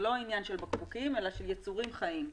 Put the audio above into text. זה לא עניין של בקבוקים אלא של יצורים חיים.